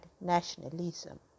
nationalism